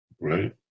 right